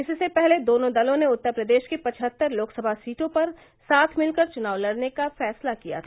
इससे पहले दोनों दलों ने उत्तर प्रदेश के पचहत्तर लोकसभा सीटों पर साथ मिलकर चुनाव लड़ने का फैसला किया था